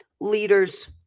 leaders